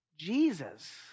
Jesus